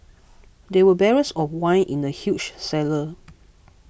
there were barrels of wine in the huge cellar